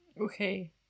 Okay